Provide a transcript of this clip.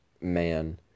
man